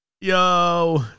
Yo